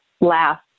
laugh